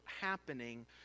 happening